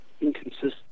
inconsistent